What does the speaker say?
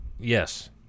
Yes